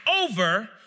over